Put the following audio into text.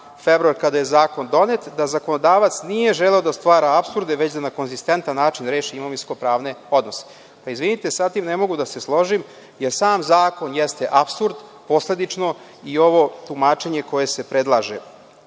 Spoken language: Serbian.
februar kada je zakon donet, da zakonodavac nije želeo da stvara apsurde već da na koezistentan način reši imovinsko pravne odnose. Pa, izvinite, sa tim ne mogu da se složim, jer sam zakon jeste apsurd posledično, i ovo tumačenje koje se predlaže